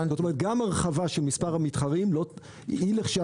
כלומר גם הרחבה של מספר המתחרים היא לכשעצמה